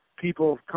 people